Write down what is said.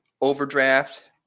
overdraft